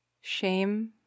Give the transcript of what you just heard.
shame